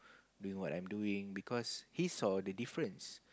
doing what I'm doing because he saw the difference